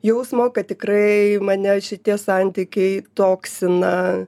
jausmo kad tikrai mane šitie santykiai toksina